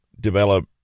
Develop